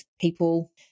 people